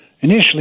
initially